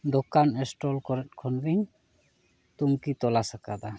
ᱫᱚᱠᱟᱱ ᱥᱴᱚᱞ ᱠᱚᱨᱮ ᱠᱷᱚᱱ ᱜᱮᱧ ᱛᱩᱱᱠᱷᱤ ᱛᱚᱞᱟᱥ ᱠᱟᱫᱟ